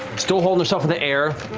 still holding herself in the air,